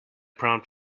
prompt